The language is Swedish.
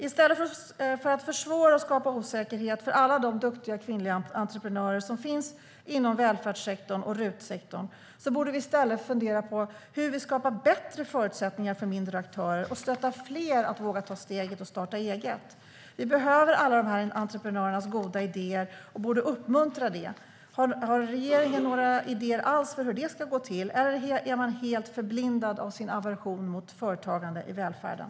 I stället för att försvåra och skapa osäkerhet för alla de duktiga kvinnliga entreprenörer som finns inom välfärdssektorn och RUT-sektorn borde vi fundera på hur vi skapar bättre förutsättningar för mindre aktörer och stöttar fler att våga ta steget att starta eget. Vi behöver alla dessa entreprenörers goda idéer och borde uppmuntra dem. Har regeringen några idéer alls för hur det ska gå till, eller är den helt förblindad av sin aversion mot företagande i välfärden?